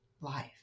life